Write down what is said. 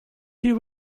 you